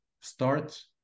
start